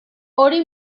hori